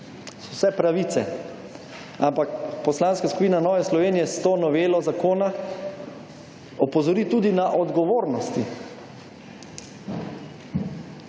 so vse pravice, ampak Poslanska skupina Nove Slovenije s to novelo zakona opozori tudi na odgovornosti.